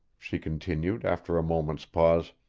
she continued after a moment's pause,